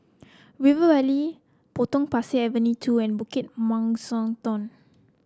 River Valley Potong Pasir Avenue two and Bukit Mugliston